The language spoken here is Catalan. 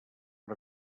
per